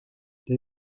they